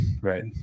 right